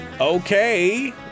Okay